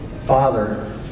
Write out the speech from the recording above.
Father